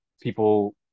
people